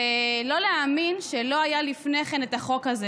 לא להאמין שלא היה לפני כן את החוק הזה,